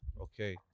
Okay